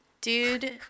Dude